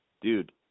Dude